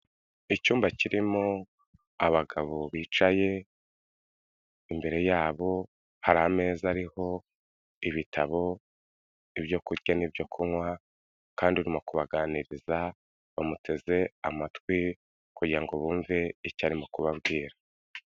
Icyumba kirimo abagabo bicaye, imbere yabo hari ameza ariho ibitabo, ibyo kurya n'ibyo kunywa, kandi urimo kubaganiriza bamuteze amatwi kugira ngo bumve icyo arimo kubabwira.